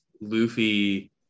Luffy